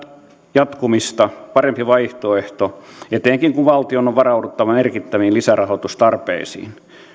jatkamista parempi vaihtoehto etenkin kun valtion on varauduttava merkittäviin lisärahoitustarpeisiin